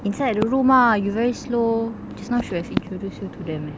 inside the room ah you very slow just now should have introduced you to them eh